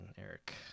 Eric